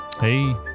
Hey